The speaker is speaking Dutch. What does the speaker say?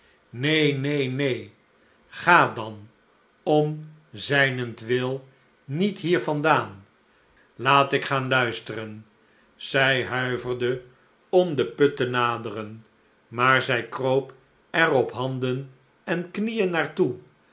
neen neen ga dan om zijnentwil niethier vandaan laat ik gaan luisteren zij huiverde om den put te naderen maar zlj kroop er op handen en knieen